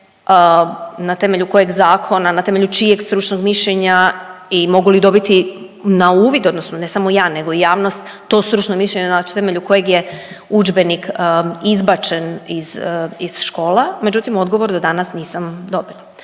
na temelju kojeg zakona, na temelju čijeg stručnog mišljenja i mogu li dobiti na uvid odnosno ne samo ja nego i javnost to stručno mišljenje na temelju kojeg je udžbenik izbačen iz, iz škola međutim odgovor do danas nisam dobila.